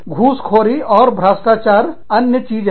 घूसखोरी और भ्रष्टाचार अन्य चीज है